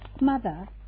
mother